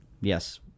Yes